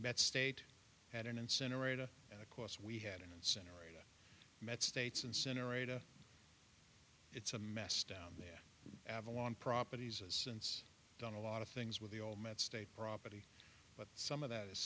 met state at an incinerator and of course we had an incinerator met states incinerator it's a mess down there avalon properties since done a lot of things with the old met state property but some of that is